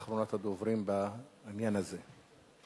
אחרונת הדוברים בעניין הזה.